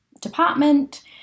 department